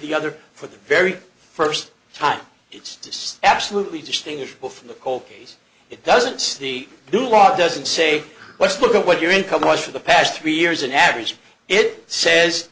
the other for the very first time it's just absolutely distinguishable from the cold case it doesn't the new law doesn't say let's look at what your income was for the past three years and average it says